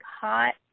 hot